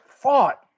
fought